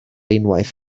unwaith